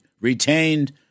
retained